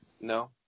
No